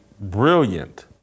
brilliant